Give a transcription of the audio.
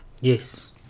Yes